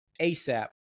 ASAP